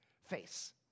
Face